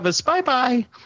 bye-bye